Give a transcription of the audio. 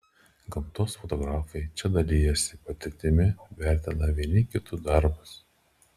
gamtos fotografai čia dalijasi patirtimi vertina vieni kitų darbus